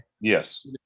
Yes